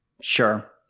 Sure